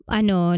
ano